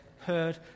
heard